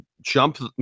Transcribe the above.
jump